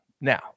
Now